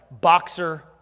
boxer